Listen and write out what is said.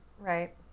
Right